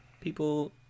People